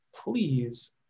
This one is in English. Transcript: please